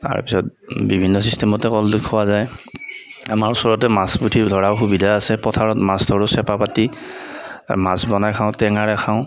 তাৰ পিছত বিভিন্ন ছিষ্টেমতে কলডিল খোৱা যায় আমাৰ ওচৰতে মাছ পুঠি ধৰাৰো সুবিধা আছে পথাৰত মাছ ধৰোঁ চেপা পাতি মাছ বনাই খাওঁ টেঙাৰে খাওঁ